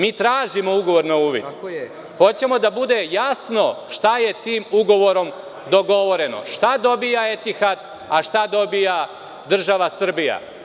Mi tražimo ugovor na uvid, hoćemo da bude jasno šta je tim ugovorom dogovoreno, šta dobija „Etihad“ a šta dobija država Srbija.